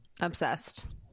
obsessed